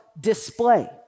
display